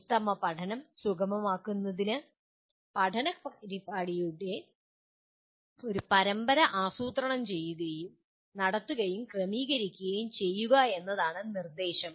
ഉത്തമ പഠനം സുഗമമാക്കുന്നതിന് പഠന പരിപാടികളുടെ ഒരു പരമ്പര ആസൂത്രണം ചെയ്യുകയും നടത്തുകയും ക്രമീകരിക്കുകയും ചെയ്യുക എന്നതാണ് നിർദ്ദേശം